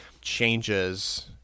changes